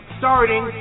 starting